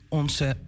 onze